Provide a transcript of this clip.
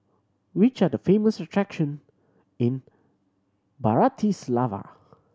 which are the famous attraction in Bratislava